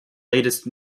latest